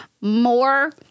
more